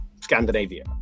Scandinavia